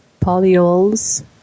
polyols